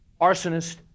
arsonist